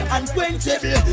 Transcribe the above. Unquenchable